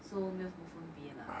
so 没什么分别 lah